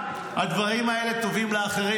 הדברים האלה טובים לאחרים,